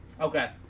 Okay